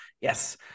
Yes